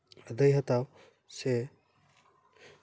ᱟᱹᱫᱟᱹᱭ ᱦᱟᱛᱟᱣ ᱥᱮ